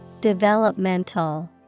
Developmental